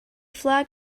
flag